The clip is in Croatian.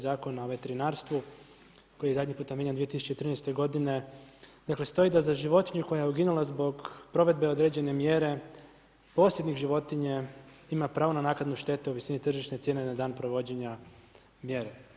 Zakona o veterinarstvu koji je zadnji puta mijenjan 2013. godine dakle stoji da za životinju koja je uginula zbog provedbe određene mjere posjednik životinje ima pravo na naknadu štete u visini tržišne cijene na dan provođenja mjere.